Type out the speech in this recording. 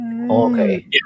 Okay